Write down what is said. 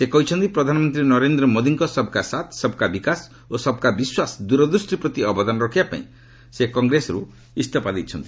ସେ କହିଛନ୍ତି ପ୍ରଧାନମନ୍ତ୍ରୀ ନରେନ୍ଦ୍ର ମୋଦିଙ୍କ ସବ୍ କା ସାଥ୍ ସବ୍ କା ବିକାଶ ଓ ସବ୍ କା ବିଶ୍ୱାସ ଦୂରଦୃଷ୍ଟି ପ୍ରତି ଅବଦାନ ରଖିବାପାଇଁ ସେ କଂଗ୍ରେସରୁ ଇସ୍ତଫା ଦେଇଛନ୍ତି